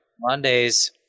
Mondays